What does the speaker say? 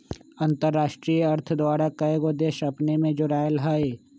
अंतरराष्ट्रीय अर्थ द्वारा कएगो देश अपने में जोरायल हइ